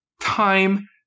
time